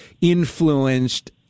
influenced